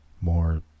more